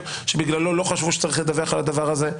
שבגללו לא חשבו שצריך לדווח על הדבר הזה,